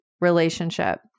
relationship